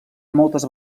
moltes